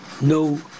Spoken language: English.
no